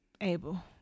able